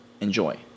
enjoy